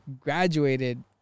graduated